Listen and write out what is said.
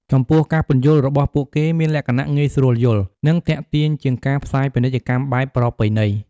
ចំពោះការពន្យល់របស់ពួកគេមានលក្ខណៈងាយស្រួលយល់ និងទាក់ទាញជាងការផ្សាយពាណិជ្ជកម្មបែបប្រពៃណី។